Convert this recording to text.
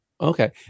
Okay